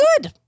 good